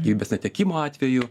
gyvybės netekimo atveju